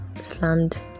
slammed